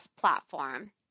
platform